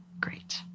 Great